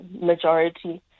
majority